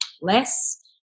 less